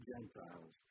Gentiles